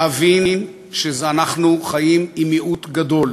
להבין שאנחנו חיים עם מיעוט גדול,